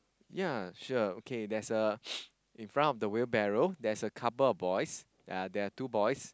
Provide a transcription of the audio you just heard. ya sure okay there's a in front of the wheelbarrow there's a couple of boys uh there are two boys